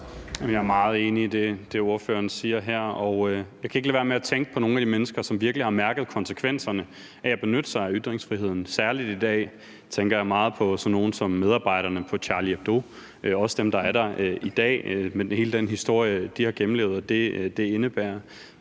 Jeg er meget enig i det, ordføreren siger her. Jeg kan ikke lade være med at tænke på nogle af de mennesker, som virkelig har mærket konsekvenserne af at benytte sig af ytringsfriheden. Særlig i dag tænker jeg meget på sådan nogle som medarbejderne på Charlie Hebdo; også dem, der er der i dag, og hele den historie, de har gennemlevet, og det,